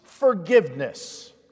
forgiveness